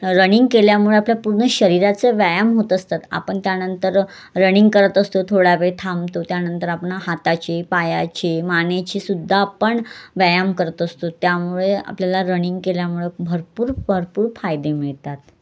running केल्यामुळे आपल्या पूर्ण शरीराचं व्यायाम होत असतात आपण त्यानंतर रनिंग करत असतो थोड्यावेळ थांबतो त्यानंतर आपण हाताचे पायाचे मानेचे सुद्धा आपण व्यायाम करत असतो त्यामुळे आपल्याला रनिंग केल्यामुळं भरपूर भरपूर फायदे मिळतात